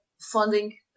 funding